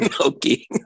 Okay